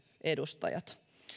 edustajat